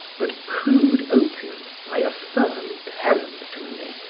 but crude opium, i affirm peremptorily,